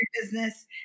business